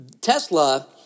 Tesla –